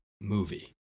movie